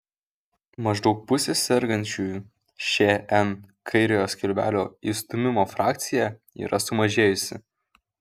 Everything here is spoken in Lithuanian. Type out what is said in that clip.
maždaug pusės sergančiųjų šn kairiojo skilvelio išstūmimo frakcija yra sumažėjusi